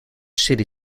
city